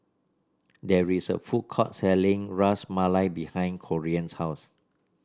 there is a food court selling Ras Malai behind Corean's house